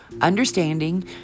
understanding